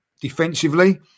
defensively